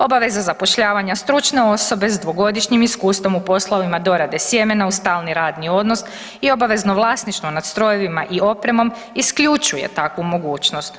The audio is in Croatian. Obaveza zapošljavanja stručne osobe s dvogodišnjim iskustvom u poslovima dorade sjemena u stalni radni odnos i obavezno vlasništvo nad strojevima i opremom isključuje takvu mogućnost.